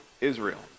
Israel